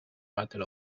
battle